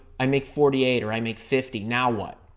i make forty eight, or i make fifty. now what?